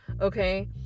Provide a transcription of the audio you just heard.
okay